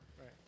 right